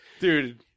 Dude